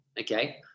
Okay